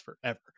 forever